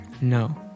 no